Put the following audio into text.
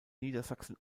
niedersachsen